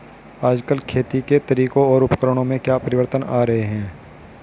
आजकल खेती के तरीकों और उपकरणों में क्या परिवर्तन आ रहें हैं?